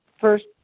first